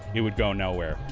it would go nowhere.